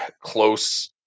close